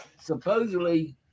supposedly